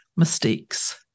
Mistakes